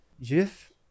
Jeff